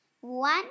One